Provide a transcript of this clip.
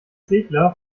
segler